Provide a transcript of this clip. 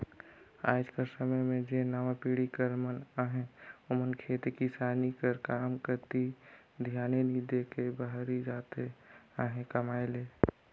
आएज कर समे में जेन नावा पीढ़ी कर मन अहें ओमन खेती किसानी कर काम कती धियान नी दे के बाहिरे जात अहें कमाए ले